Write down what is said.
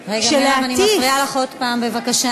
רגע, מרב, אני מפריעה לך עוד הפעם, בבקשה.